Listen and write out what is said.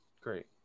Great